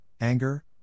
anger